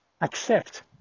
accept